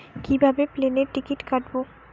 কিভাবে প্লেনের টিকিট কাটব?